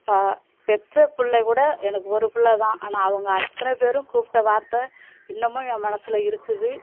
பா பெற்ற பிள்ள கூட எனக்கு ஒரு பிள்ள தான் ஆனால் அவங்க அத்தனை பேரும் கூப்பிட்ட வார்த்தை இன்னமும் ஏன் மனசில் இருக்குது